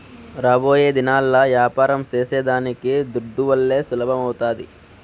రాబోయేదినాల్ల యాపారం సేసేదానికి దుడ్డువల్లే సులభమౌతాది